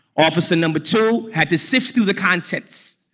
officer no. but two had to sift through the contents.